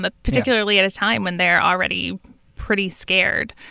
but particularly at a time when they're already pretty scared.